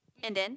and then